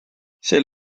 sel